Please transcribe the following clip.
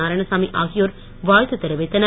நாராயணசாமி ஆகியோர் வாழ்த்து தெரிவித்தனர்